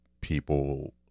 people